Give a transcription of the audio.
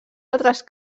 altres